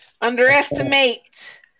Underestimate